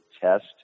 test